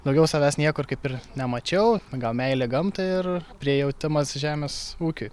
daugiau savęs niekur kaip ir nemačiau gal meilė gamtai ir prijautimas žemės ūkiui